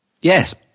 Yes